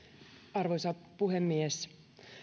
arvoisa puhemies